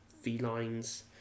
felines